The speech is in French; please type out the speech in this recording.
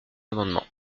amendement